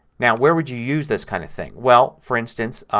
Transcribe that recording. now, where would you use this kind of thing. well, for instance,